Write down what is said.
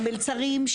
המלצרים,